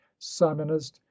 simonist